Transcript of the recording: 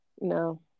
No